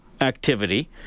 activity